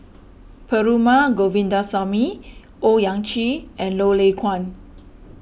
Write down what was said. Perumal Govindaswamy Owyang Chi and Lay Kuan